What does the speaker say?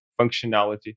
functionality